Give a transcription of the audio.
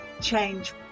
change